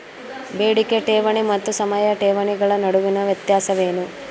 ಬೇಡಿಕೆ ಠೇವಣಿ ಮತ್ತು ಸಮಯ ಠೇವಣಿಗಳ ನಡುವಿನ ವ್ಯತ್ಯಾಸವೇನು?